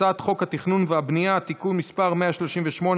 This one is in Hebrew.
הצעת חוק התכנון והבנייה (תיקון מס' 138),